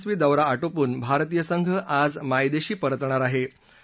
हा यशस्वी दौरा आटोपून भारतीय संघ आज मायदेशी परतणार आहे